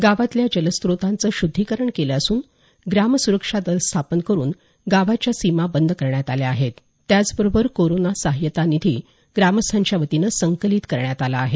गावातल्या जलस्रोताचं शुद्धीकरण केलं असून ग्रामसुरक्षादल स्थापन करुन गावाच्या सीमा बंद करण्यात आल्या आहेत त्याचबरोबर कोरोना साहायता निधी ग्रामस्थांच्या वतीनं संकलित करण्यात आला आहे